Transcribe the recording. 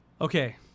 Okay